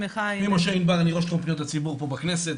ראש פניות הציבור פה בכנסת.